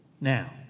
now